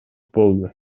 болду